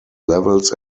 levels